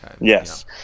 Yes